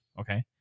Okay